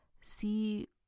See